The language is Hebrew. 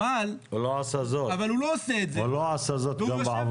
אבל הוא לא עושה את זה --- הוא לא עשה זאת והוא לא עשה זאת גם בעבר.